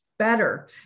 Better